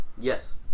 yes